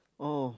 oh